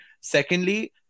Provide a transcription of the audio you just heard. secondly